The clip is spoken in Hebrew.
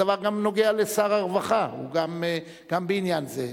הדבר גם נוגע לשר הרווחה, הוא גם בעניין זה.